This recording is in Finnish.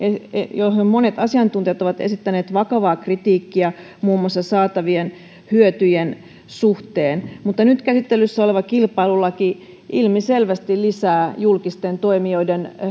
johon monet asiantuntijat ovat esittäneet vakavaa kritiikkiä muun muassa saatavien hyötyjen suhteen nyt käsittelyssä oleva kilpailulaki ilmiselvästi lisää julkisten toimijoiden